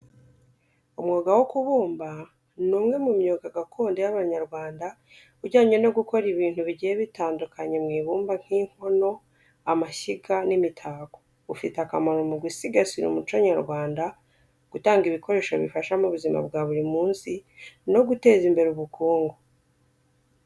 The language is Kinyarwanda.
Umwuga wo kubumba ni umwe mu myuga gakondo y’Abanyarwanda ujyanye no gukora ibintu bigiye bitandukanye mu ibumba, nk’inkono, amashyiga, n’imitako. Ufite akamaro mu gusigasira umuco nyarwanda, gutanga ibikoresho bifasha mu buzima bwa buri munsi, no guteza imbere ubukungu.